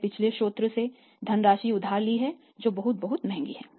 मैंने पिछले स्रोत से धनराशि उधार ली है जो बहुत बहुत महंगी हैं